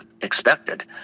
expected